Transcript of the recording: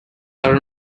are